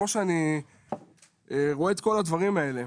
כמו כשאני רואה את כל הדברים האלה.